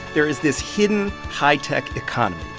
there is this hidden, high-tech economy,